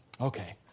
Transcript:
Okay